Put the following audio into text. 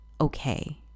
okay